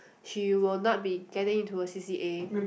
she will not be getting into a c_c_a